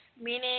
meaning